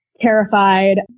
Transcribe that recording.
terrified